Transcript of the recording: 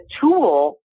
tool